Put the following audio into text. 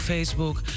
Facebook